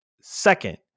Second